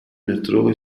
metrô